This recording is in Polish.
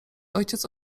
ojciec